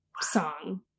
song